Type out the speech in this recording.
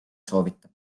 soovitab